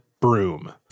broom